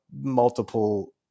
multiple